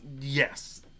yes